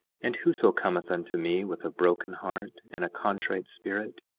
and whoso cometh unto me with a broken heart and a contrite spirit,